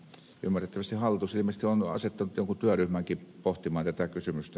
ymmärrettävästi hallitus ilmeisesti on asettanut jonkun työryhmänkin pohtimaan tätä kysymystä